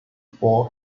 for